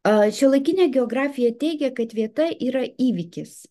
šiuolaikinė geografija teigia kad vieta yra įvykis